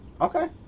Okay